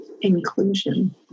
Inclusion